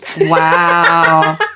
Wow